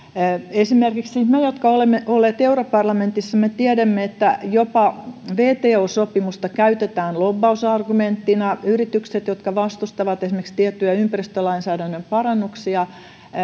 esimerkiksi me jotka olemme olleet europarlamentissa tiedämme että jopa wto sopimusta käytetään lobbausargumenttina yritykset jotka vastustavat esimerkiksi tiettyjä ympäristölainsäädännön parannuksia